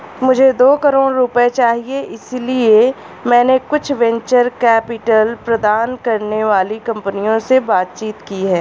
मुझे दो करोड़ रुपए चाहिए इसलिए मैंने कुछ वेंचर कैपिटल प्रदान करने वाली कंपनियों से बातचीत की है